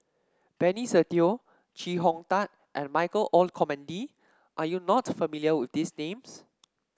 Benny Se Teo Chee Hong Tat and Michael Olcomendy are you not familiar with these names